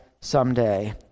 someday